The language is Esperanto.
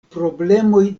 problemoj